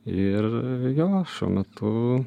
ir jo šiuo metu